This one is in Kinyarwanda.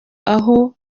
aho